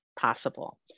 possible